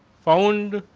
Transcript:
found